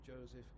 Joseph